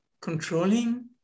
controlling